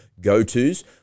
go-tos